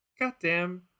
Goddamn